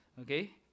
okay